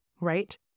right